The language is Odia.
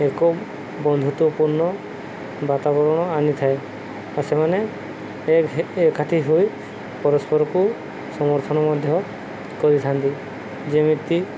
ଏକ ବନ୍ଧୁତ୍ୱପୂର୍ଣ୍ଣ ବାତାବରଣ ଆଣି ଥାଏ ଆଉ ସେମାନେ ଏକ ଏକାଠି ହୋଇ ପରସ୍ପରକୁ ସମର୍ଥନ ମଧ୍ୟ କରିଥାନ୍ତି ଯେମିତି